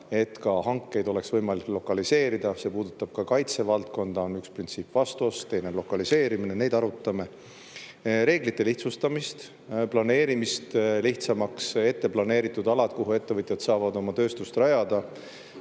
ja hankeid oleks võimalik lokaliseerida. See puudutab ka kaitsevaldkonda. Üks printsiip on vastuost, teine on lokaliseerimine – neid arutame. Reeglite lihtsustamine, planeerimise lihtsustamine ette planeeritud aladel, kuhu ettevõtjad saavad oma tööstust rajada,